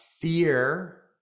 fear